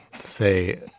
say